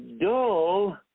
dull